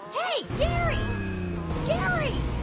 hey, gary gary